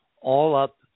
all-up